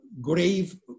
grave